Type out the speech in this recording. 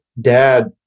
dad